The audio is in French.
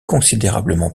considérablement